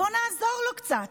בואו נעזור לו קצת,